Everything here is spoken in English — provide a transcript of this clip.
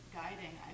guiding